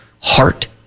heart